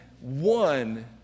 one